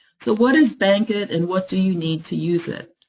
so what is bankit, and what do you need to use it?